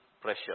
pressure